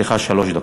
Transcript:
לרשותך שלוש דקות.